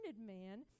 man